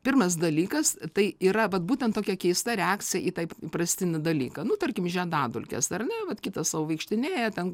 pirmas dalykas tai yra vat būtent tokia keista reakcija į taip įprastinį dalyką nu tarkim žiedadulkes ar ne vat kitas sau vaikštinėja ten